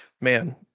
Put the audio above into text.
man